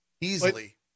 easily